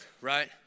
right